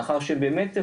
מאחר שבאמת,